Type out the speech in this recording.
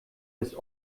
das